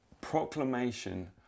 proclamation